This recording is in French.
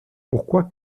pourquoi